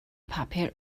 papur